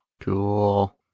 cool